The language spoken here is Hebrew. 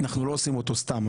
אנחנו לא עושים אותו סתם,